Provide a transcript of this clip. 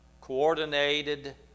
coordinated